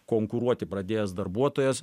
konkuruoti pradėjęs darbuotojas